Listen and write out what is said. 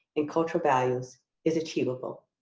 and cultural values is achievable.